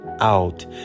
out